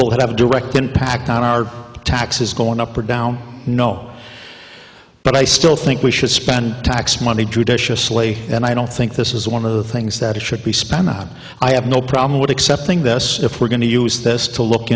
will have a direct impact on our taxes going up or down no but i still think we should spend tax money judiciously and i don't think this is one of the things that should be spent on i have no problem with accepting this if we're going to use this to look